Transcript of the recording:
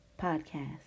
Podcast